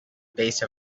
base